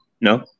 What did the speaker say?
No